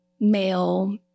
male